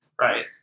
Right